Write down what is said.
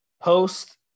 post